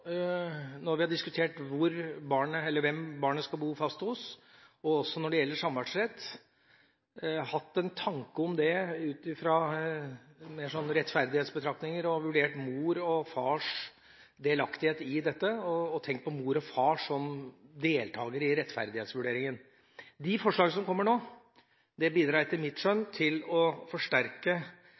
også i norske domstoler – hatt en tanke om det ut fra en rettferdighetsbetraktning. Vi har vurdert mors og fars delaktighet i dette og tenkt på mor og far som deltakere i rettferdighetsvurderingen. De forslagene som kommer nå, bidrar etter mitt skjønn til å forsterke